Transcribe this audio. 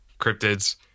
cryptids